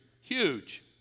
huge